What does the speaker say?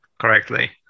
correctly